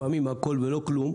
לפעמים הכול ולא כלום,